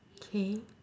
K